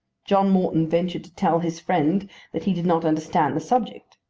john morton ventured to tell his friend that he did not understand the subject.